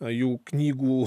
jų knygų